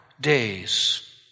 days